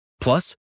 Plus